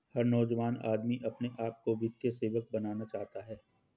हर नौजवान आदमी अपने आप को वित्तीय सेवक बनाना चाहता है